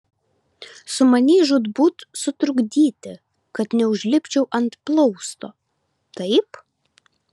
sumanei žūtbūt sutrukdyti kad neužlipčiau ant plausto taip